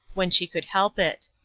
when she could help it.